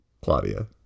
Claudia